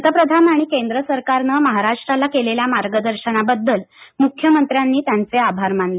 पंतप्रधान आणि केंद्र सरकारनं महाराष्ट्राला केलेल्या मार्गदर्शनाबद्दल मुख्यमंत्र्यानी त्यांचेही आभार मानले